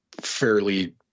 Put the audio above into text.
fairly